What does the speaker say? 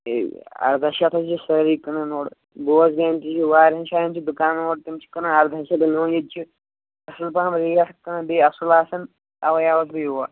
ہے اَردَہ شٮ۪تھ ہاے چھِ سٲری کٕنان اورٕ بوزگامہِ تہِ چھِ وارِیاہَن شایَن چھِ دُکانَن اورٕ تِم چھِ کٕنان اَردَہ شٮ۪تھ مےٚ وُوٚن ییٚتہِ چھِ اصٕل پَہَم ریٹ کٕنان بیٚیہِ اصٕل آسان اَؤے آوُس بہٕ یور